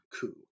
coup